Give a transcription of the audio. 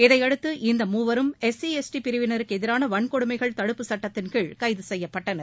இதையடுத்து இந்த மூவரும் எஸ்சிஎஸ்டி பிரிவினருக்கு எதிரான வள்கொடுமைகள் தடுப்பு சுட்டத்தின்கீழ் கைது செய்யப்பட்டனர்